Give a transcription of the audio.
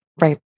Right